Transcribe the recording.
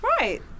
right